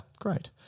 great